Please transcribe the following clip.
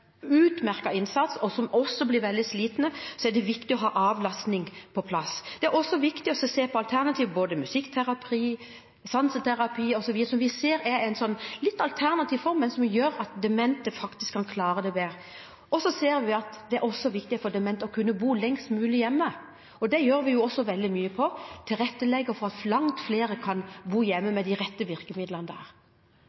innsats, og som også blir veldig slitne. Det er også viktig å se på alternativer, som musikkterapi, sanseterapi osv., som er en litt alternativ form, men som gjør at demente faktisk kan klare seg bedre. Det er også viktig for demente å kunne bo lengst mulig hjemme, og det gjør vi også veldig mye for. Vi tilrettelegger for at langt flere kan bo hjemme